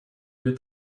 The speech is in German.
wird